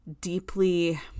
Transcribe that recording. deeply